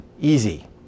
Easy